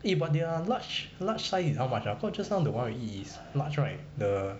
eh but their large large size is how much ah cause just now the one we eat is large right the